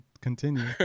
continue